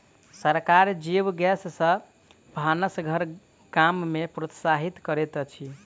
सरकार जैव गैस सॅ भानस घर गाम में प्रोत्साहित करैत अछि